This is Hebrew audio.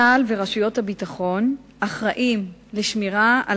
צה"ל ורשויות הביטחון אחראים לשמירה על